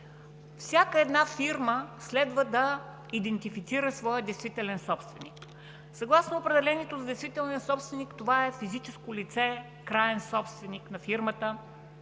Всяка фирма следва да идентифицира своя действителен собственик. Съгласно определението за действителния собственик, това е физическо лице – краен собственик на фирмата,